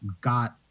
got